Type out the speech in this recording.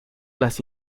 las